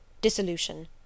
dissolution